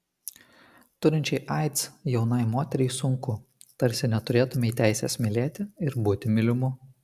turinčiai aids jaunai moteriai sunku tarsi neturėtumei teisės mylėti ir būti mylimu